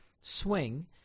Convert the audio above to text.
Swing